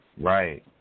Right